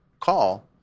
call